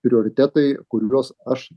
prioritetai kuriuos aš